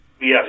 Yes